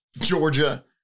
Georgia